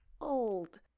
old